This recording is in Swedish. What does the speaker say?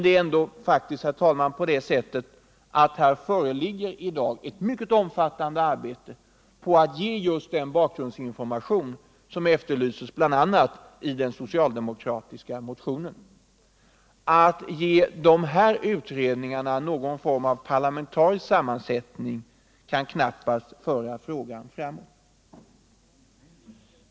Det är ändå, herr talman, faktiskt på det sättet att det i dag föreligger ett mycket omfattande arbete som kan ge just den bakgrundsinformation som efterlyses, bl.a. i den socialdemokratiska motionen. Att ge de här utredningarna någon form av parlamentarisk sammansättning kan därför knappast föra frågan framåt.